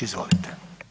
Izvolite.